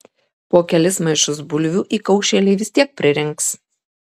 po kelis maišus bulvių įkaušėliai vis tiek pririnks